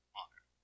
honor